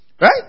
Right